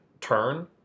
turn